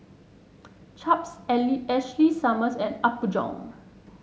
Chaps Ashley Summers and Apgujeong